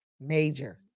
major